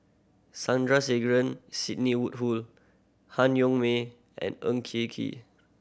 Sandrasegaran Sidney Woodhull Han Yong May and Ng Kee Kee